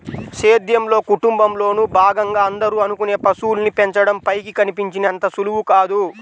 సేద్యంలో, కుటుంబంలోను భాగంగా అందరూ అనుకునే పశువుల్ని పెంచడం పైకి కనిపించినంత సులువు కాదు